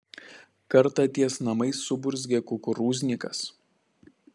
kartą ties namais suburzgė kukurūznikas